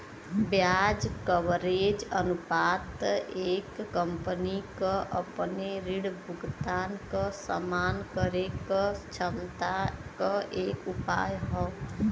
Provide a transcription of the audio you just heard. ब्याज कवरेज अनुपात एक कंपनी क अपने ऋण भुगतान क सम्मान करे क क्षमता क एक उपाय हौ